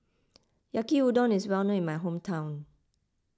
Yaki Udon is well known in my hometown